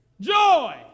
Joy